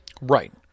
Right